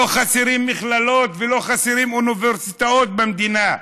לא חסרות מכללות ולא חסרות אוניברסיטאות במדינה.